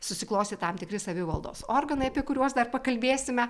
susiklostė tam tikri savivaldos organai apie kuriuos dar pakalbėsime